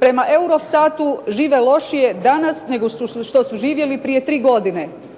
Prema Eurostatu žive lošije danas nego što su živjeli prije tri godine